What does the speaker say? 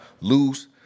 lose